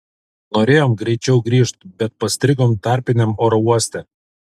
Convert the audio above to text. norėjom greičiau grįžt bet pastrigom tarpiniam oro uoste